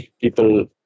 people